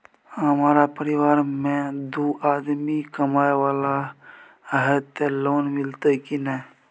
हमरा परिवार में दू आदमी कमाए वाला हे ते लोन मिलते की ने?